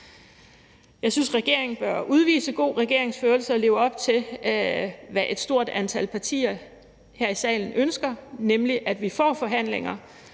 Jeg synes, regeringen bør udvise god regeringsførelse og leve op til, hvad et stort antal partier her i salen ønsker, nemlig at vi får forhandlinger,